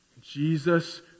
Jesus